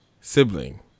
sibling